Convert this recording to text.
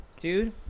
Dude